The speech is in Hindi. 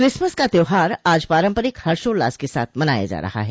क्रिसमस का त्योहार आज पारंपरिक हर्षोल्लास के साथ मनाया जा रहा है